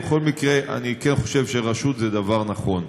בכל מקרה, אני כן חושב שרשות זה דבר נכון.